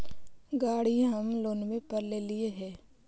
गाड़ी हम लोनवे पर लेलिऐ हे?